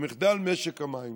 מחדל משק המים